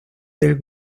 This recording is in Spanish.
del